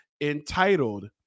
entitled